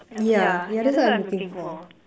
yeah yeah that's what I'm looking for